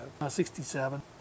67